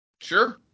Sure